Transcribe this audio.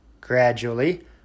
Gradually